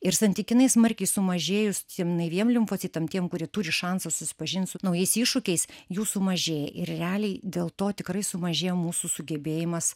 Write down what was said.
ir santykinai smarkiai sumažėjus tiem naiviem limfocitam tiem kurie turi šansą susipažint su naujais iššūkiais jų sumažėja ir realiai dėl to tikrai sumažėja mūsų sugebėjimas